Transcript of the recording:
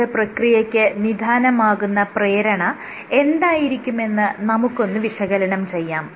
പ്രസ്തുത പ്രക്രിയയ്ക്ക് നിദാനമാകുന്ന പ്രേരണ എന്തായിരിക്കുമെന്ന് നമുക്കൊന്ന് വിശകലനം ചെയ്യാം